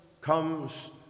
comes